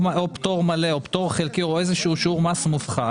או פטור מלא או פטור חלקי או איזשהו שיעור מס מופחת